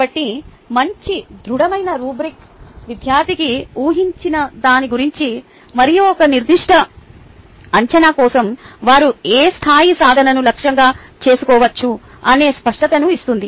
కాబట్టి మంచి ధృడమైన రుబ్రిక్ విద్యార్థికి ఊహించిన దాని గురించి మరియు ఒక నిర్దిష్ట అంచనా కోసం వారు ఏ స్థాయి సాధనను లక్ష్యంగా చేసుకోవచ్చు అనే స్పష్టతను ఇస్తుంది